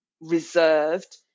reserved